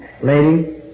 lady